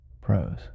Pros